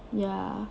ya